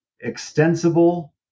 extensible